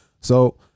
So-